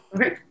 Okay